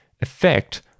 effect